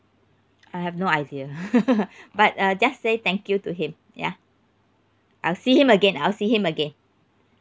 I have no idea but uh just say thank you to him ya I'll see him again I'll see him again